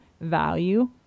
value